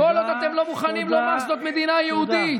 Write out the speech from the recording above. כל עוד אתם לא מוכנים לומר שזאת מדינה יהודית.